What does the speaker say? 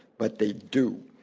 but they do.